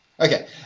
okay